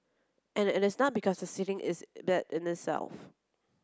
and it is not because sitting is that in itself